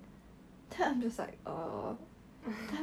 我不知道做什么他对女孩子 like